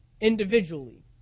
individually